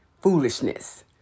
foolishness